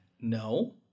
No